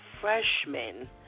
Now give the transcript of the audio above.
freshmen